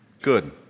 good